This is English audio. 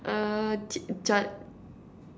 uh Jinjja